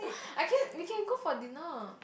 I can we can go for dinner